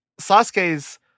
Sasuke's